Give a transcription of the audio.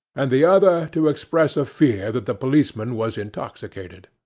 and the other to express a fear that the policeman was intoxicated.